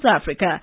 Africa